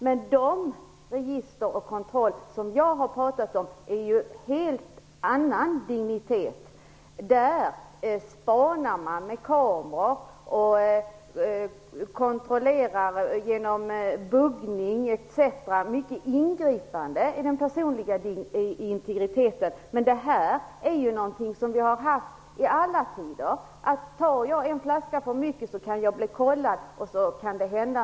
Men de register och kontroller som jag har talat om i andra sammanhang har en helt annan dignitet. Där spanar man med kameror och kontrollerar genom buggning. Det är ett stort ingripande i den personliga integriteten, men det här är någonting som vi haft i alla tider. Tar jag en flaska för mycket kan det hända någonting om jag blir kontrollerad.